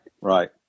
right